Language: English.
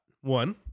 One